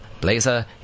blazer